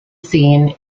seen